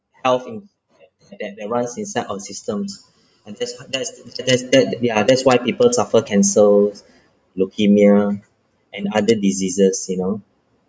health in that that ones inside our systems and that's h~ that's that that ya that's why people suffer cancer leukemia and other diseases you know